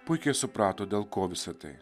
puikiai suprato dėl ko visa tai